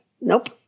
nope